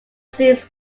scenes